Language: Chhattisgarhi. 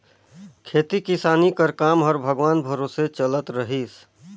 खेती किसानी कर काम हर भगवान भरोसे चलत रहिस